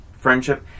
Friendship